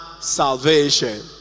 salvation